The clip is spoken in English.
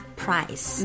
price